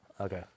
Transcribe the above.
Okay